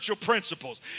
Principles